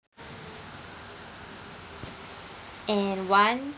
and one